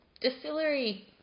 distillery